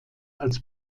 als